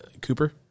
Cooper